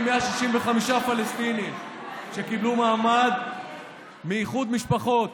165 פלסטינים שקיבלו מעמד מאיחוד משפחות